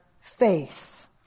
faith